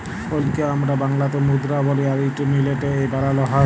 কইলকে আমরা বাংলাতে মুদরা বলি আর ইট মিলটে এ বালালো হয়